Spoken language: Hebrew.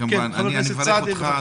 אני מברך אותך,